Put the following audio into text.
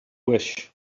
wish